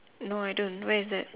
no I don't where is that